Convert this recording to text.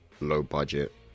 low-budget